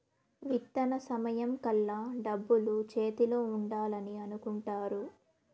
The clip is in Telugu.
విత్తన సమయం కల్లా డబ్బులు చేతిలో ఉండాలని అనుకుంటారు